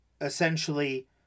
essentially